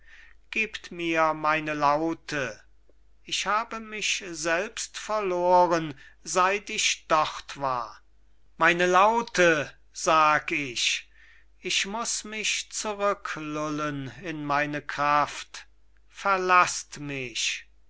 gebt mir meine laute ich habe mich selbst verloren seit ich dort war meine laute sag ich ich muß mich zurück lullen in meine kraft verlaßt mich